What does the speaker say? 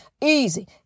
Easy